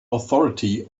authority